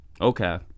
okay